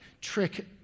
trick